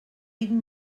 vint